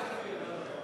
ועדת הכספים, את זה.